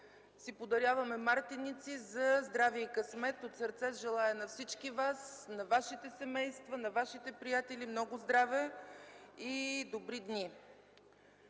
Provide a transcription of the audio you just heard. си подаряваме мартеници за здраве и късмет. От сърце желая на всички Вас, на Вашите семейства и на Вашите приятели много здраве и добри дни.